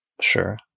Sure